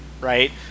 right